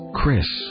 Chris